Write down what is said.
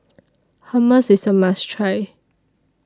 Hummus IS A must Try